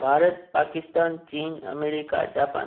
भारत पाकिस्तान चीन America Japan